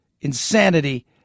insanity